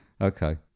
Okay